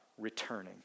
returning